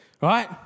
right